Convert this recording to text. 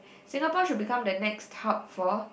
Singapore should become the next hub for